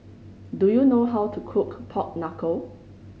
do you know how to cook pork knuckle